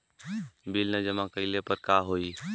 Bill न जमा कइले पर का होई?